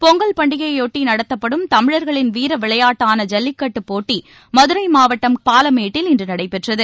பொங்கல் பண்டிகையையாட்டி நடத்தப்படும் தமிழர்களின் வீர விளையாட்டான ஜல்லிக்கட்டுப் போட்டி மதுரை மாவட்டம் பாலமேட்டில் இன்று நடைபெற்றது